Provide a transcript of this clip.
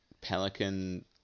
Pelican